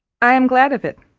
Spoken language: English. i am glad of it.